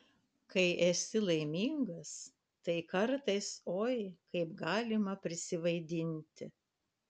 kai esi laimingas tai kartais oi kaip galima prisivaidinti